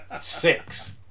Six